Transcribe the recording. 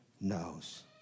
knows